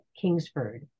Kingsford